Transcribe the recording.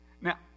Now